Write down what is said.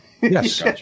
Yes